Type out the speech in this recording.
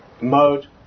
mode